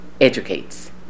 educates